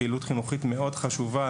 פעילות חינוכית מאוד חשובה,